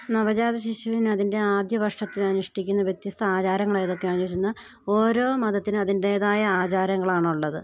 നവജാതശിശുവിന് അതിൻ്റെ ആദ്യ വർഷത്തില് അനുഷ്ഠിക്കുന്ന വ്യത്യസ്ത ആചാരങ്ങൾ ഏതൊക്കെയാണെന്ന് ചോദിച്ചുകഴിഞ്ഞാല് ഓരോ മതത്തിനും അതിൻ്റേതായ ആചാരങ്ങളാണുള്ളത്